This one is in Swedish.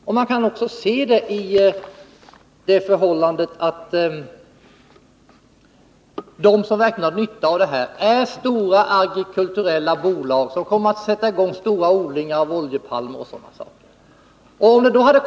Det kan man också konstatera genom det förhållandet att de som verkligen haft nytta av detta är stora, agrikulturella bolag, som kommer att sätta i gång stora odlingar av oljepalmer och sådant.